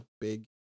big